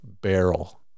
barrel